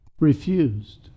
Refused